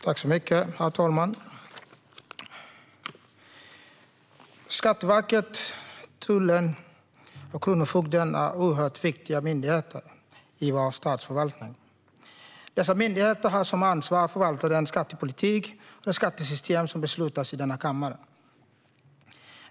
Herr talman! Skatteverket, Tullverket och Kronofogden är oerhört viktiga myndigheter i vår statsförvaltning. Dessa myndigheter har som ansvar att förvalta den skattepolitik och det skattesystem som beslutas i denna kammare.